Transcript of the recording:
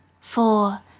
four